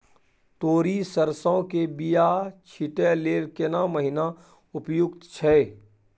तोरी, सरसो के बीया छींटै लेल केना महीना उपयुक्त छै?